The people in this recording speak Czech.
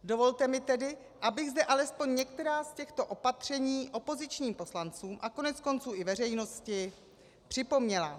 Dovolte mi tedy, abych zde alespoň některá z těchto opatření opozičním poslancům a koneckonců i veřejnosti připomněla.